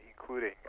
including